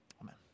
Amen